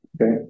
okay